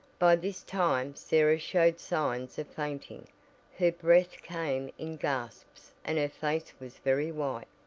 by this time sarah showed signs of fainting her breath came in gasps and her face was very white.